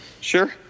Sure